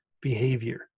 behavior